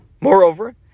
Moreover